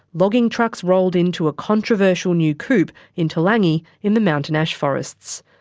logging trucks rolled into a controversial new coupe in toolangi in the mountain ash forests.